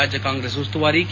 ರಾಜ್ಯ ಕಾಂಗ್ರೆಸ್ ಉಸ್ತುವಾರಿ ಕೆ